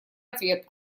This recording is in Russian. ответ